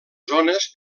zones